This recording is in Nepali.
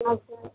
हजुर